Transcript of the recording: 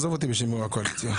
לא בשם יושב ראש הקואליציה.